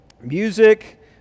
music